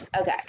Okay